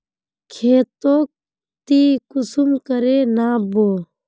खेतोक ती कुंसम करे माप बो?